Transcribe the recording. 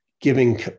giving